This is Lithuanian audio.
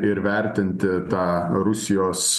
ir vertinti tą rusijos